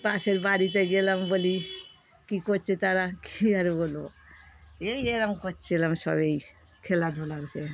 পাশের বাড়িতে গেলাম বলি কী করছে তারা কী আর বলবো এই এরম করছিলাম সব এই খেলাধুলা সে